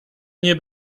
nie